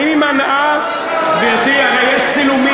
האם היא מנעה, והכיבוש, גברתי, הרי יש צילומים.